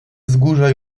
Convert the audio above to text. wzgórza